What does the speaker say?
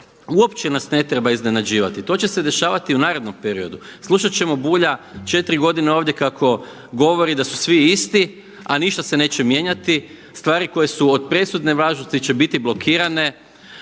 uopće nas ne treba iznenađivati, to će se dešavati u narednom periodu. Slušat ćemo Bulja 4 godine ovdje kako govori da su svi isti a ništa se neće mijenjati, stvari koje su od presudne važnosti će biti blokirane,